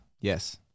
Yes